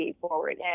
forward